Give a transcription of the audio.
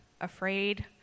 afraid